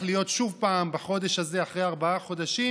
להיות שוב פעם בחודש הזה אחרי ארבעה חודשים,